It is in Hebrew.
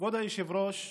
כבוד היושב-ראש,